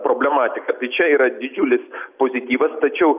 problematiką tai čia yra didžiulis pozityvas tačiau